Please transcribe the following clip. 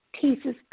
pieces